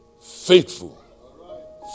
faithful